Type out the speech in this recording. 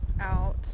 out